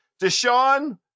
Deshaun